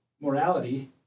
morality